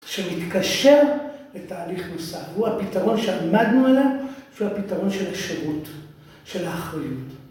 שמתקשר לתהליך נוסף, הוא הפתרון שעמדנו עליו, והוא הפתרון של השירות, של האחריות.